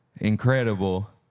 incredible